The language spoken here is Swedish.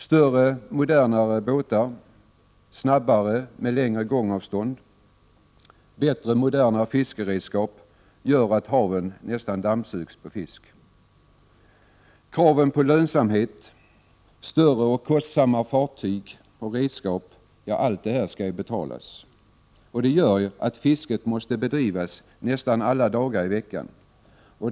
Större, modernare och snabbare båtar med längre gångavstånd samt bättre, moderna fiskeredskap gör att haven nästan dammsugs på fisk. Det ställs krav på lönsamhet, större och kostsamma fartyg och redskap. Allt detta skall betalas, och det gör att fisket måste bedrivas nästan alla dagar i veckan.